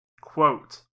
Quote